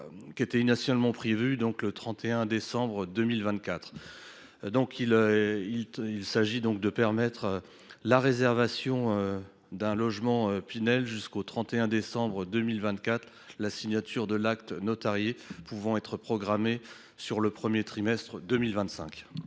était initialement prévue au 31 décembre 2024. Il s’agit de rendre possible la réservation d’un logement en Pinel jusqu’au 31 décembre 2024, la signature de l’acte notarié pouvant être programmée au cours du premier trimestre de 2025.